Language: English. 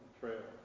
trail